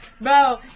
Bro